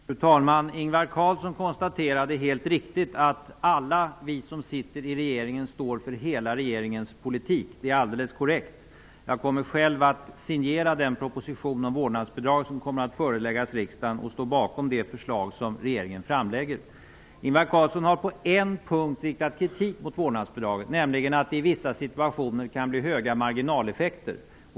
Fru talman! Ingvar Carlsson konstaterade helt riktigt att alla vi som sitter i regeringen står för hela regeringens politik. Det är alldeles korrekt. Jag kommer själv att signera den proposition om vårdnadsbidrag som kommer att föreläggas riksdagen och stå bakom det förslag som regeringen framlägger. Ingvar Carlsson har på en punkt riktat kritik mot vårdnadsbidraget, nämligen mot att det i vissa situationer kan bli höga marginaleffekter.